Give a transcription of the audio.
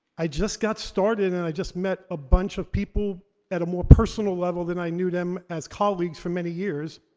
i just got started and i just met a bunch of people at a more personal level than i knew them as colleagues for many years.